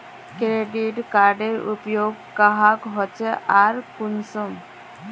Credit कार्डेर उपयोग क्याँ होचे आर कुंसम?